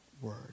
word